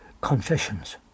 confessions